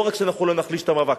לא רק שאנחנו לא נחליש את המאבק,